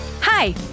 Hi